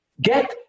get